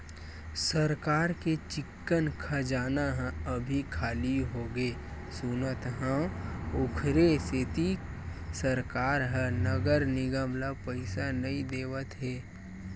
सरकार के चिक्कन खजाना ह अभी खाली होगे सुनत हँव, ओखरे सेती सरकार ह नगर निगम ल पइसा नइ देवत हे